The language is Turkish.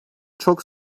çok